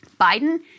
Biden